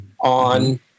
on